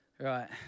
right